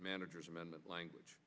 manager's amendment language